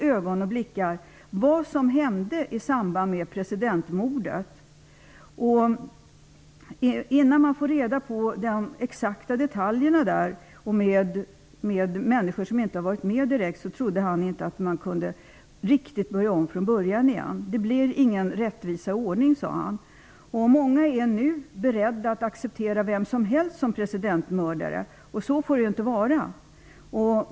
Han trodde inte att det riktigt går att börja om från början igen innan man fått reda på de exakta detaljerna om mordet genom människor som inte direkt har varit inblandade. Det blir ingen rättvisa och ordning, sade han. Många är nu beredda att acceptera vem som helst som presidentmördare. Så får det ju inte vara.